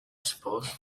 suppose